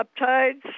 peptides